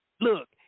Look